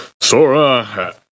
Sora